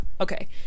okay